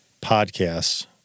podcasts